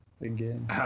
again